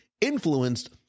influenced